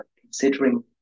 considering